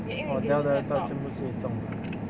orh Dell 的 laptop 全部都是重的